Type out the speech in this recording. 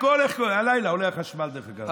הכול, הלילה עולה החשמל, דרך אגב.